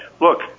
Look